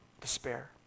despair